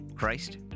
Christ